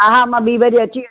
हा हा मां ॿीं बजे अची वेंदमि